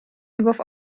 میگفت